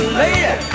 lady